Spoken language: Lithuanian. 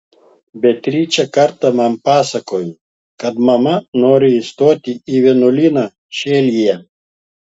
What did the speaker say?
beatričė kartą man pasakojo kad mama nori įstoti į vienuolyną šelyje